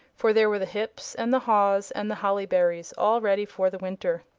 for there were the hips, and the haws, and the holly-berries, all ready for the winter.